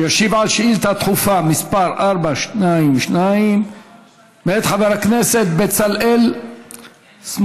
הוא ישיב על שאילתה דחופה מס' 422 מאת חבר הכנסת בצלאל סמוטריץ: